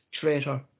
traitor